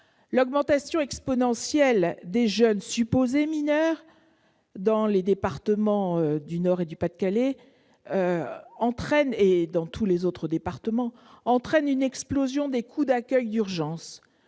L'augmentation exponentielle des jeunes supposés mineurs dans les départements du Nord et du Pas-de-Calais, comme dans tous les autres départements, entraîne une explosion des coûts d'accueil d'urgence.